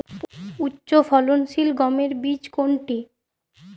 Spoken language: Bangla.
উচ্চফলনশীল গমের বীজ কোনটি?